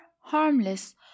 harmless